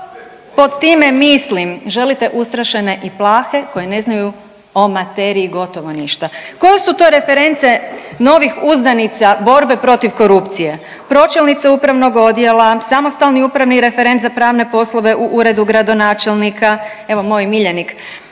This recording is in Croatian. pod time mislim? Želite ustrašene i plahe koji ne znaju o materiji gotovo ništa. Koje su to reference novih uzdanica borbe protiv korupcije? Pročelnice upravnog odjela, samostalni upravni referent za pravne poslove u Uredu gradonačelnika, evo moj miljenik